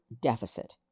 deficit